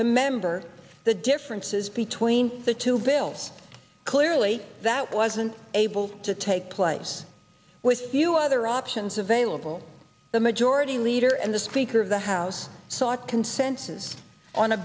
to member the differences between the two bills clearly that wasn't able to take place with few other options available the majority leader and the speaker of the house sought consensus on a